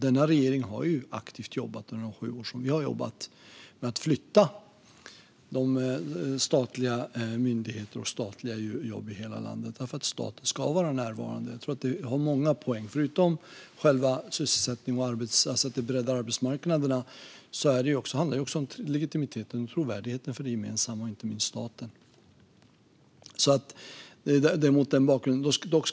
Denna regering har, under de sju år jag har arbetat, aktivt jobbat med att flytta de statliga myndigheterna och statliga jobb i hela landet. För staten ska vara närvarande; jag tror att det har många poänger. Förutom själva sysselsättningen och att det breddar arbetsmarknaderna handlar det om legitimiteten hos och trovärdigheten för det gemensamma, inte minst staten. Det är mot den bakgrunden detta sker.